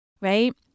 right